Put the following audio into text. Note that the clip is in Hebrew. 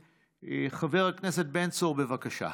חבר הכנסת בן צור, בבקשה.